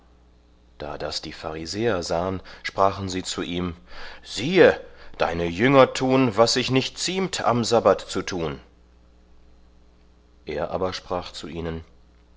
da das die pharisäer sahen sprachen sie zu ihm siehe deine jünger tun was sich nicht ziemt am sabbat zu tun er aber sprach zu ihnen